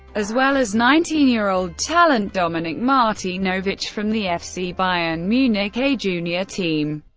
as well as nineteen year old talent dominik martinovic from the fc bayern munich a-junior team.